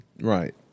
Right